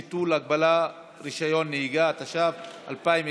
ביטול הגבלת רישיון נהיגה) (הוראת שעה),